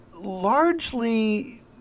largely